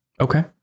Okay